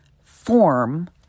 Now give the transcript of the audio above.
form